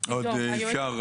אם אפשר.